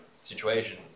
situation